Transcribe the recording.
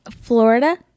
Florida